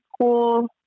school